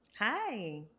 Hi